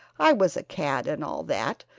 i was a cad and all that,